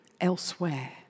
elsewhere